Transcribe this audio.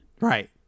Right